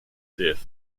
death